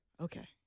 okay